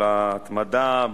על ההתמדה.